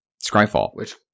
Scryfall